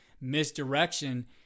misdirection